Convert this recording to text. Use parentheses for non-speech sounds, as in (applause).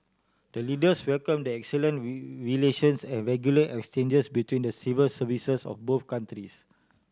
the Leaders welcomed the excellent relations and regular exchanges between the civil services of both (unintelligible)